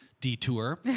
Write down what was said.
detour